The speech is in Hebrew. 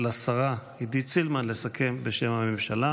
לשרה עידית סילמן לסכם בשם הממשלה,